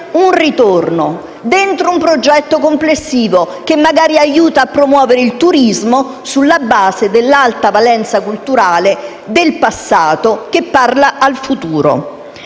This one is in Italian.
un ritorno, all'interno di un progetto complessivo che magari aiuta anche a promuovere il turismo sulla base dell'alta valenza culturale di un passato che parla al futuro.